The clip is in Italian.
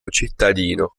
cittadino